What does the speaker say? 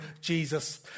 Jesus